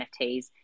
NFTs